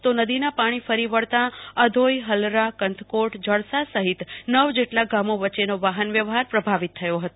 તો નદીના પાણી ફળી વળતા આધોઈ હલરાકંથકોટ જડસ સહિત નવ જેટલા ગામો વચ્ચેનો વાહન વ્યવહાર પ્રભાવિત થયો હતો